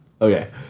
Okay